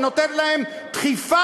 שנותנת להם דחיפה?